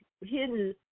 hidden